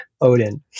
Odin